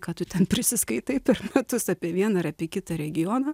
ką tu ten prisiskaitai per metus apie vieną ar apie kitą regioną